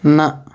نَہ